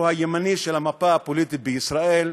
שהוא הימני של המפה הפוליטית בישראל,